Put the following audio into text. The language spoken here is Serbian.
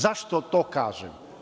Zašto to kažem?